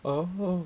oh